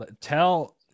tell